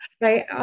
right